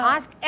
Ask